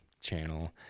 channel